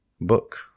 book